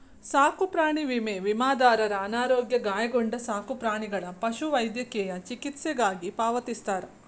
ಸಾಕುಪ್ರಾಣಿ ವಿಮೆ ವಿಮಾದಾರರ ಅನಾರೋಗ್ಯ ಗಾಯಗೊಂಡ ಸಾಕುಪ್ರಾಣಿಗಳ ಪಶುವೈದ್ಯಕೇಯ ಚಿಕಿತ್ಸೆಗಾಗಿ ಪಾವತಿಸ್ತಾರ